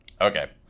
Okay